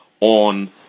on